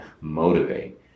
motivate